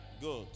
Good